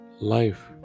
life